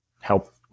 help